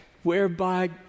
Whereby